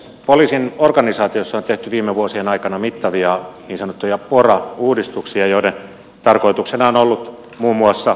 poliisin organisaatiossa on tehty viime vuosien aikana mittavia niin sanottuja pora uudistuksia joiden tarkoituksena on ollut muun muassa keventää poliisin hallintoa